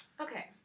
okay